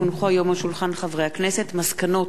כי הונחו היום על שולחן הכנסת מסקנות